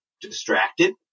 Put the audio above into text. distracted